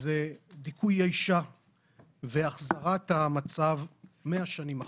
זה דיכוי האישה והחזרת המצב 100 שנים אחורה.